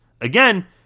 again